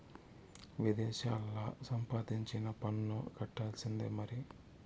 విదేశాల్లా సంపాదించినా పన్ను కట్టాల్సిందే మరి